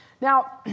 Now